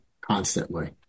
constantly